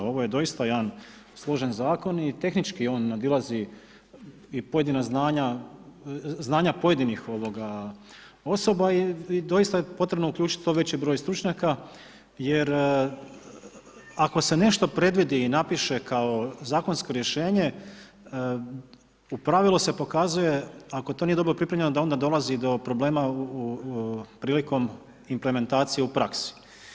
Ovo je doista jedan složen Zakon i tehnički on nadilazi i pojedina znanja, znanja pojedinih osoba i doista je potrebno uključiti što veći broj stručnjaka jer ako se nešto predvidi i napiše kao zakonsko rješenje, u pravilu se pokazuje ako to nije dobro pripremljeno da onda dolazi do problema prilikom implementacije u praksi.